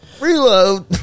reload